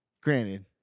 Granted